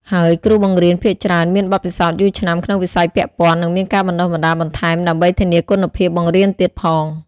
ហើយគ្រូបង្រៀនភាគច្រើនមានបទពិសោធន៍យូរឆ្នាំក្នុងវិស័យពាក់ព័ន្ធ និងមានការបណ្តុះបណ្តាលបន្ថែមដើម្បីធានាគុណភាពបង្រៀនទៀតផង។